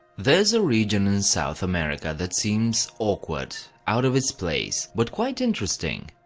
there's a region in south america that seems awkward, out of its place, but quite interesting.